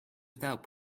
without